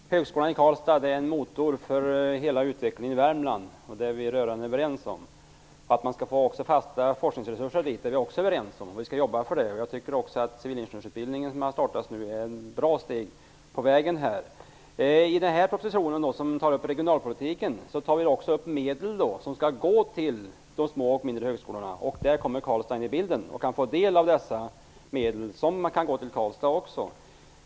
Fru talman! Högskolan i Karlstad är motorn för hela utvecklingen i Värmland. Det är vi rörande överens om. Att vi måste få fasta forskningsresurser dit är vi också överens om. Vi skall jobba för detta. Dessutom tycker jag att den civilingenjörsutbildning som nu har startats är ett bra steg på vägen. I den regionalpolitiska propositionen talas det också om medel till de små och mindre högskolorna. Där kommer Karlstad in i bilden. Medel kan alltså gå till Karlstad också.